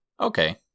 Okay